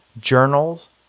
Journals